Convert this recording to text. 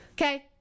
Okay